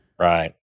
Right